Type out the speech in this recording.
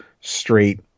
straight